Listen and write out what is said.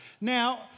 Now